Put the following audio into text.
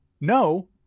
No